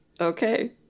Okay